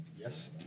Yes